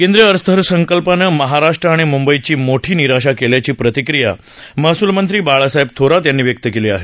केंद्रीय अर्थसंकल्पानं महाराष्ट्र आणि मुंबईची मोठी निराशा केल्याची प्रतिक्रिया महसूलमंत्री बाळासाहेब थोरात यांनी व्यक्त केली आहे